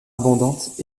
abondantes